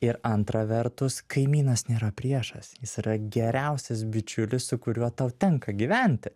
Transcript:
ir antra vertus kaimynas nėra priešas jis yra geriausias bičiulis su kuriuo tau tenka gyventi